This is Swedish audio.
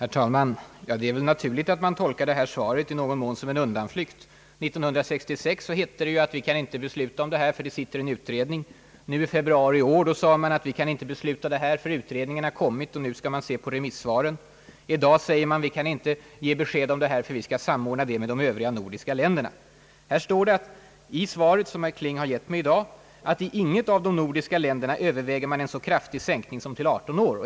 Herr talman! Det är naturligt att man tolkar svaret som en undanflykt. 1966 hette det ju att vi inte kan besluta i denna fråga därför att det sitter en utredning. I februari i år sade man att vi inte kan besluta därför att utredningen har kommit, och nu skall man se på remissvaren. Nu säger man att vi inte kan ge besked, ty vi skall samordna våra bestämmelser med de övriga nordiska länderna. I herr Klings svar i dag står att »en så kraftig sänkning som till 18 år inte övervägs i något av de nordiska länderna».